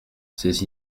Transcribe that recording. ses